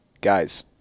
guys